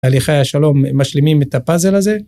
הליכי השלום משלימים את הפאזל הזה.